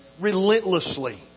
relentlessly